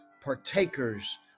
partakers